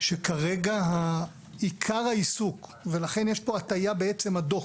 שכרגע עיקר העיסוק ולכן יש פה הטעייה בעצם הדוח